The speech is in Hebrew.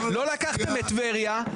לא לקחתם את טבריה,